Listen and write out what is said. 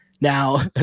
Now